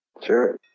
Sure